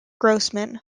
grossman